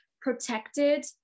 protected